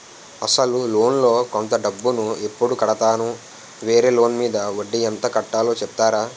అసలు లోన్ లో కొంత డబ్బు ను ఎప్పుడు కడతాను? వేరే లోన్ మీద వడ్డీ ఎంత కట్తలో చెప్తారా?